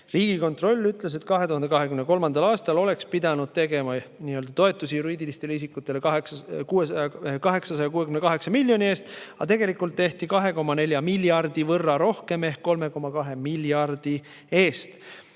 Miljardeid! Riigikontroll ütles, et 2023. aastal oleks pidanud tegema toetusi juriidilistele isikutele 868 miljoni euro eest, aga tegelikult tehti 2,4 miljardi võrra rohkem ehk 3,2 miljardi eest.